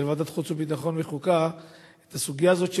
ועדת החוץ והביטחון וועדת החוקה את הסוגיה הזאת,